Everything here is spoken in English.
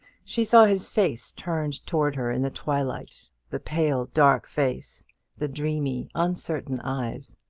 she saw his face turned towards her in the twilight the pale dark face the dreamy, uncertain eyes.